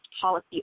policy